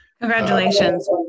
Congratulations